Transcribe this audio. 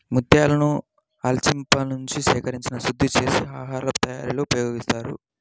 ముత్యాలను ఆల్చిప్పలనుంచి సేకరించి శుద్ధి చేసి హారాల తయారీలో ఉపయోగిస్తారు